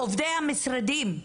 עובדי המשרדים,